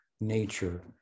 nature